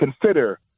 consider